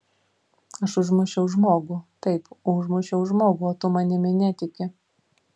aš užmušiau žmogų taip užmušiau žmogų o tu manimi netiki